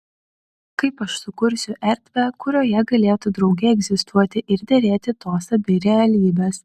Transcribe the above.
kaip aš sukursiu erdvę kurioje galėtų drauge egzistuoti ir derėti tos abi realybės